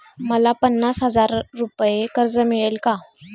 मला पन्नास हजार रुपये कर्ज मिळेल का?